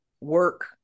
work